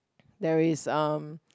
there is um